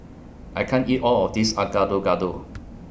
I can't eat All of This Are Gado Gado